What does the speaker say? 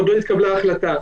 עוד לא נתקבלה החלטה.